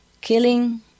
killing